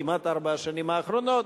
כמעט ארבע השנים האחרונות,